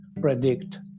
predict